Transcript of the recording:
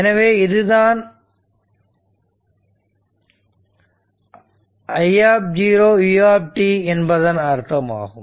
எனவே இதுதான் i0u என்பதன் அர்த்தமாகும்